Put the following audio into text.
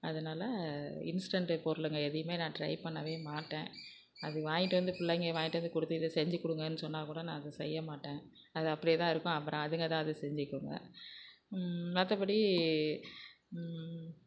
அதனால் இன்ஸ்டன்ட்டு பொருளுங்கள் எதையுமே நான் ட்ரை பண்ணவே மாட்டேன் அது வாங்கிட்டு வந்து பிள்ளைங்க வாங்கிட்டு வந்து கொடுத்து இதை செஞ்சு கொடுங்கன்னு சொன்னால் கூட நான் அதை செய்ய மாட்டேன் அது அப்படியேதான் இருக்கும் அப்புறம் அதுங்கள் ஏதாவது செஞ்சிக்கொங்க மற்றபடி